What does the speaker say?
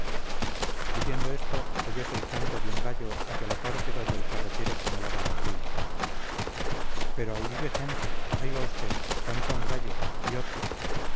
diciendo esto oyose el canto de un gallo hacia la parte donde el carretero señalaba las ruinas pero ahí vive gente oiga usted canta un gallo y otro